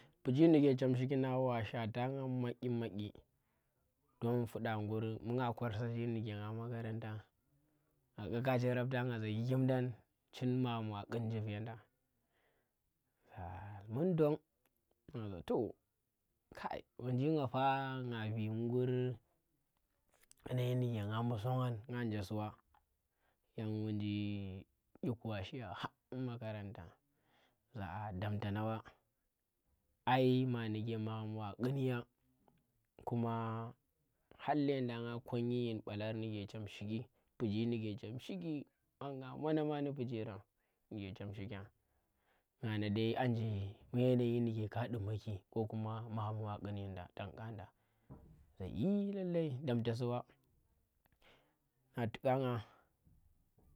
Piji ndike chem shiki ngan wa shwata nga madyi madyi don fuda ngur bu nga kor sarchi ndike nga makaranta ngaka kya chin rapta nga za kikim dang chin magham wa ngun njiv yenda ha mun dong nga za to wunji nga fa nga vee ndi ngur yanayi ndike nga bu son ngan ngaunje suwa yan wunji iƙku wa shi ya hang mbu makaranta za ahh damta nga wa ai ma ndike magham wa ngun ya kuma har lem dang nga konyi yine yin ɓallar ndi chem shiki pujji ndike chem shiki nga moona ma ndi pijirang ndike chem shikya. Nga na dai anje ndi yanayi ndike ka ɗuma ki ko kuma magham wa ƙun yanda tan kanda za ee lallai damtasu wa tu ƙanga.